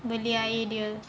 beli air dia